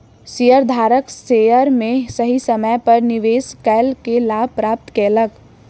शेयरधारक शेयर में सही समय पर निवेश कअ के लाभ प्राप्त केलक